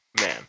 man